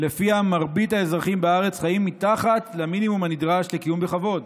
שלפיה מרבית האזרחים בארץ חיים מתחת למינימום הנדרש לקיום בכבוד,